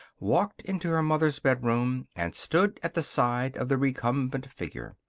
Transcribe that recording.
walked into her mother's bedroom and stood at the side of the recumbent figure.